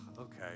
okay